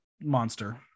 monster